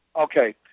Okay